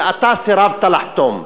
ואתה סירבת לחתום.